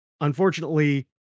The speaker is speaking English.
unfortunately